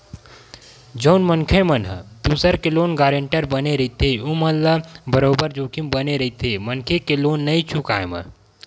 जउन मनखे मन ह दूसर के लोन गारेंटर बने रहिथे ओमन ल बरोबर जोखिम बने रहिथे मनखे के लोन नइ चुकाय म